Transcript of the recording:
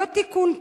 לא תיקון פה,